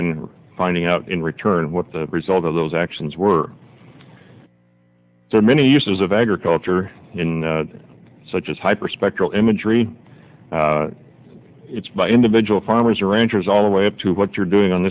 then finding out in return what the result of those actions were there are many uses of agriculture in such as hyperspectral imagery it's by individual farmers arrangers all the way up to what you're doing on